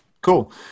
Cool